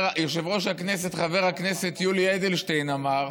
יושב-ראש הכנסת, חבר הכנסת יולי אדלשטיין, אמר